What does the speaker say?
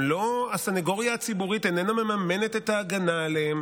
והסנגוריה הציבורית איננה מממנת את ההגנה עליהם.